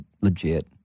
legit